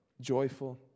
joyful